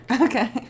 Okay